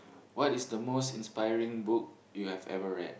what is the most inspiring book you have ever read